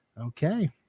Okay